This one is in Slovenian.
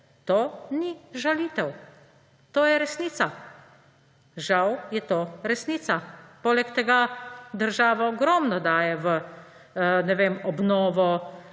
To ni žalitev. To je resnica. Žal je to resnica. Poleg tega država ogromno daje v,